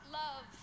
love